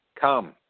Come